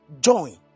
Join